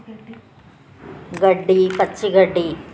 గడ్డి పచ్చి గడ్డి